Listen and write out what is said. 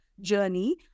journey